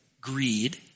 greed